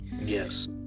Yes